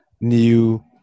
new